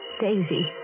Daisy